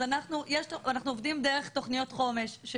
אנחנו עובדים דרך תוכניות חומש,